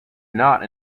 not